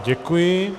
Děkuji.